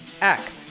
act